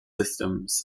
systems